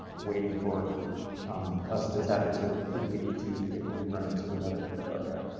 waiting for us to tap into it. if we need to. if we run into another pr correct?